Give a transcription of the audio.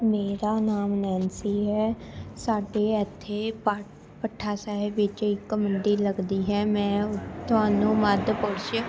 ਮੇਰਾ ਨਾਮ ਨੈਨਸੀ ਹੈ ਸਾਡੇ ਇੱਥੇ ਭਾ ਭੱਠਾ ਸਾਹਿਬ ਵਿੱਚ ਇੱਕ ਮੰਡੀ ਲੱਗਦੀ ਹੈ ਮੈਂ ਤੁਹਾਨੂੰ ਮੱਧ ਪੁਰਸ਼